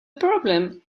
problem